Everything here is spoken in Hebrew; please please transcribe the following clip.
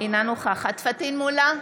אינה נוכחת פטין מולא,